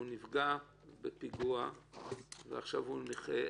הוא נפגע בפיגוע ועכשיו הוא נכה,